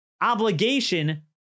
obligation